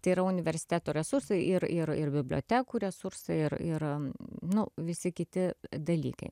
tai yra universiteto resursai ir ir ir bibliotekų resursai ir ir nu visi kiti dalykai